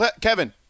kevin